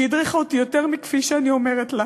שהדריכה אותי יותר מכפי שאני אומרת לה,